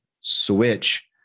switch